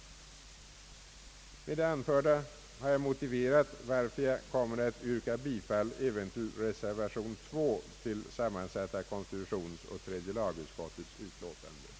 Med det anförda har jag motiverat varför jag kommer att yrka bifall även till reservationen vid B i sammansatta konstitutionsoch tredje lagutskottets utlåtande.